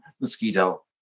mosquito